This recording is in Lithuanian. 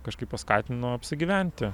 kažkaip paskatino apsigyventi